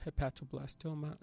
hepatoblastoma